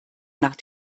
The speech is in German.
nach